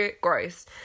gross